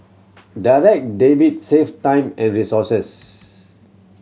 Direct Debit save time and resources